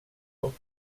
och